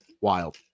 Wild